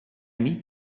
need